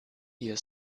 ihr